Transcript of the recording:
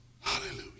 hallelujah